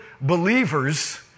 believers